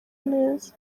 neza